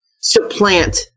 supplant